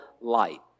light